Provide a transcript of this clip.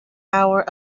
hour